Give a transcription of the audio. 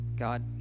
God